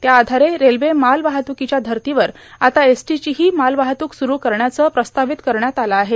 त्याआधारे रेल्वे माल वाहत्कोच्या धर्तावर आता एसटोचीहां माल वाहत्क सुरु करण्याचं प्रस्ताावत करण्यात आलं आहे